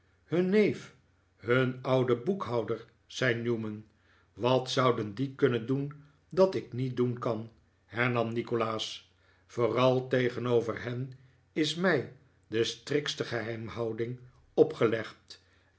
hun neef hun oude boekhouder zei newman wat zouden die kunnen doen dat ik niet doen kan hernam nikolaas vooral tegenover hen is mij de striktste geheimhouding opgelegd